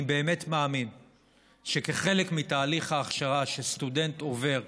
אני באמת מאמין שכחלק מתהליך ההכשרה שסטודנט עובר,